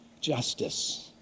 justice